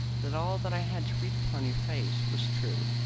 that all that i had read upon your face was true.